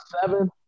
seven